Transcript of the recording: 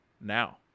now